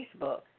Facebook